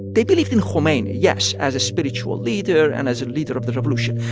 they believed in khomeini, yes, as a spiritual leader and as a leader of the revolution,